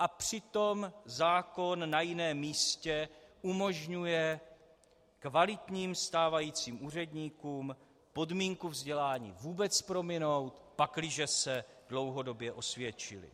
A přitom zákon na jiném místě umožňuje kvalitním stávajícím úředníkům podmínku vzdělání vůbec prominout, pakliže se dlouhodobě osvědčili.